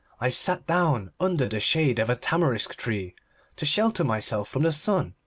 i sat down under the shade of a tamarisk tree to shelter myself from the sun.